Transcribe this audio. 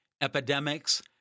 epidemics